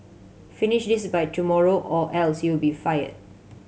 finish this by tomorrow or else you'll be fired